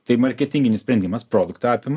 tai marketinginis sprendimas produktą apima